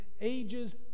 ages